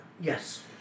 Yes